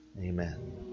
Amen